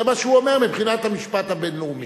זה מה שהוא אומר, מבחינת המשפט הבין-לאומי.